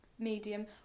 medium